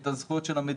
את הזכויות של המדינה,